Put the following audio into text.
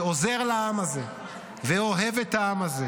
שעוזר לעם הזה ואוהב את העם הזה,